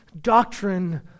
doctrine